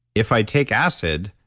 if i take acid,